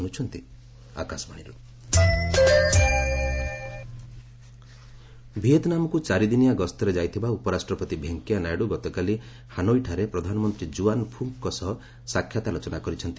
VP Naidu Vietnam ଭିଏତ୍ନାମକୁ ଚାରିଦିନିଆ ଗସ୍ତରେ ଯାଇଥିବା ଉପରାଷ୍ଟ୍ରପତି ଭେଙ୍କିୟା ନାଇଡୁ ଗତକାଲି ହାନୋଇଠାରେ ପ୍ରଧାନମନ୍ତ୍ରୀ ଜୁଆନ୍ ଫୁକ୍ଙ୍କ ସହ ସାକ୍ଷାତ ଆଲୋଚନା କରିଛନ୍ତି